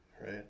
right